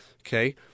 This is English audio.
Okay